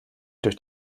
durch